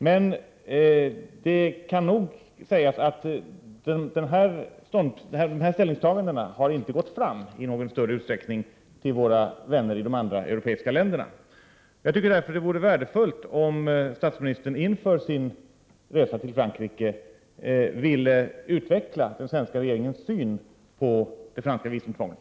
Men det kan nog sägas att detta ställningstagande inte har nått fram i någon större utsträckning till våra vänner i de andra europeiska länderna. Det vore därför värdefullt om statsministern inför sin resa till Frankrike ville utveckla den svenska regeringens syn på det franska visumtvånget.